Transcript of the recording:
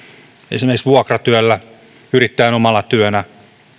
esimerkiksi vuokratyöllä yrittäjän omana työnä